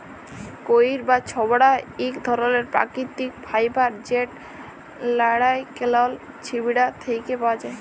কইর বা ছবড়া ইক ধরলের পাকিতিক ফাইবার যেট লাইড়কেলের ছিবড়া থ্যাকে পাউয়া যায়